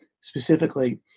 specifically